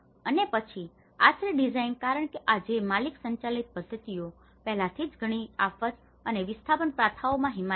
અને પછી આશ્રય ડિઝાઇન કારણ કે આ તે છે જ્યાં માલિક સંચાલિત પદ્ધતિઓ પહેલાથી જ ઘણી આફત અને વિસ્થાપન પ્રથાઓમાં હિમાયત છે